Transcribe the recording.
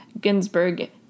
Ginsburg